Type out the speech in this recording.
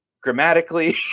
grammatically